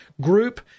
group